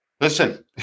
Listen